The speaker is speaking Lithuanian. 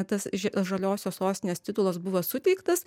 tas že žaliosios sostinės titulas buvo suteiktas